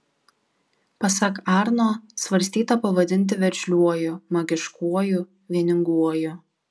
pasak arno svarstyta pavadinti veržliuoju magiškuoju vieninguoju